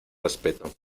respeto